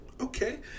Okay